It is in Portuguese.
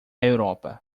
europa